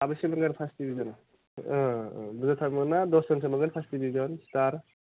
साबेसे मोनगोन first division बुरजाथारमोना दस जनसो मोनगोन फार्स्ट डिभिजन स्टार